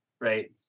right